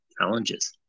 challenges